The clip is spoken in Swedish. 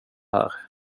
här